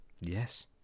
Yes